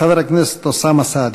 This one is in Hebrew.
חבר הכנסת אוסאמה סעדי.